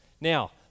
Now